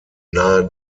nahe